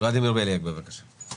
ולדימיר בליאק, בבקשה.